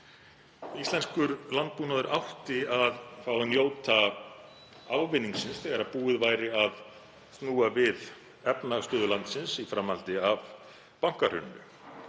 Íslenskur landbúnaður átti að fá að njóta ávinningsins þegar búið væri að snúa við efnahagsstöðu landsins í framhaldi af bankahruninu.